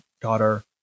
daughter